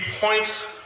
points